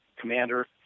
commander